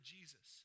Jesus